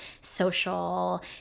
social